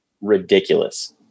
ridiculous